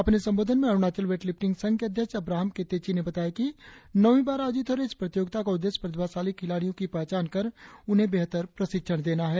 अपने संबोधन में अरुणाचल वेटलिफ्टिंग संघ के अध्यक्ष अब्राहम के तेची ने बताया कि नौवी बार आयोजित हो रहे इस प्रतियोगिता का उद्देश्य प्रतिभाशाली खिलाड़ियों को पहचान कर उन्हें बेहतर प्रशिक्षण देना है